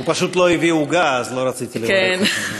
הוא פשוט לא הביא עוגה, אז לא רציתי לברך אותו.